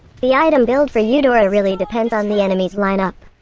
the item build for eudora really depends on the enemy's line-up.